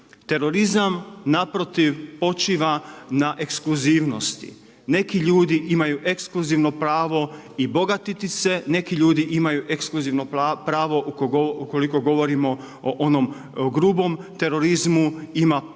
Terorizam naprotiv, počiva na ekskluzivnosti. Neki ljudi imaju ekskluzivno pravo i bogatiti se, neki ljudi imaju ekskluzivno pravo ukoliko govorimo o onom grubom terorizmu, ima pravo